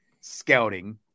scouting